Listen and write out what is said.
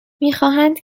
میخواهند